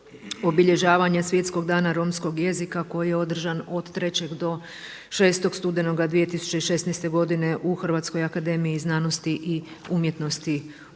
Svjetskog dana romskog jezika koji je održan od 3. do 6. studenoga 2016. godine u Hrvatskoj akademiji znanosti i umjetnosti u